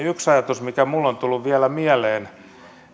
yksi ajatus mikä minulle on tullut vielä mieleen